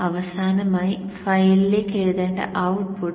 അവസാനമായി ഫയലിലേക്ക് എഴുതേണ്ട ഔട്ട്പുട്ട്